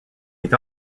est